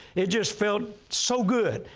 it just felt so good.